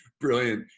Brilliant